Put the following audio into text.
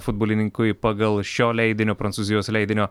futbolininkui pagal šio leidinio prancūzijos leidinio